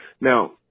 Now